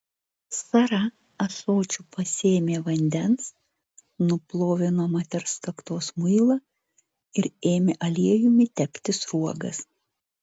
sara ąsočiu pasėmė vandens nuplovė nuo moters kaktos muilą ir ėmė aliejumi tepti sruogas